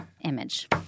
image